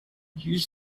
use